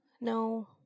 No